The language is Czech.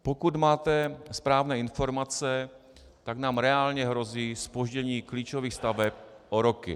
Pokud máte správné informace, tak nám reálně hrozí zpoždění klíčových staveb o roky.